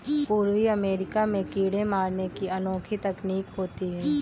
पूर्वी अमेरिका में कीड़े मारने की अनोखी तकनीक होती है